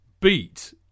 beat